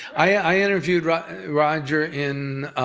i interviewed roger roger in,